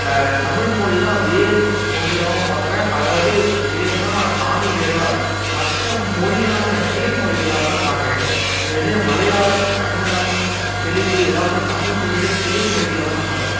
தமிழ்மொழிதான் வேர் மொழியாகவும் பார்க்குறேன் அதாவது வேர்னா ஆணிவேராக மற்ற மொழியெல்லாம் வந்து நான் கிளை மொழிகளாகதான் பார்க்குறேன் எனக் எனக்கு தெரிஞ்சு மலையாளம் கன்னடம் தெலுங்கு இதெல்லாம் வந்து தமிழ்மொழியோடைய கிளை மொழிகளாகதான் நான் பார்க்குறேன்